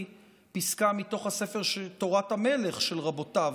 פסקה מתוך הספר "תורת המלך" של רבותיו,